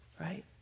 right